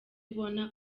ubona